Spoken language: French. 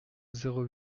zéro